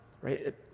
right